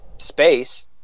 space